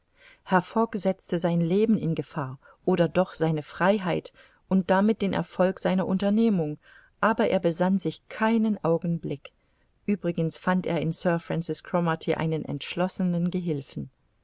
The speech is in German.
setzte sein leben in gefahr oder doch seine freiheit und damit den erfolg seiner unternehmung aber er besann sich keinen augenblick uebrigens fand er in sir francis cromarty einen entschlossenen gehilfen